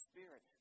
Spirit